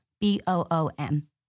B-O-O-M